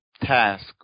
task